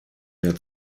mehr